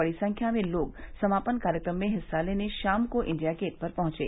बड़ी संख्या में लोग समापन कार्यक्रम में हिस्सा लेने शाम को इंडिया गेट पर पहुंचे